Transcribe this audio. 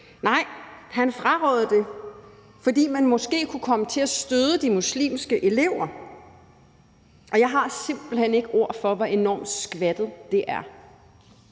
nej, han frarådede det, fordi man måske kunne komme til at støde de muslimske elever. Og jeg har simpelt hen ikke ord for, hvor enormt skvattet det er.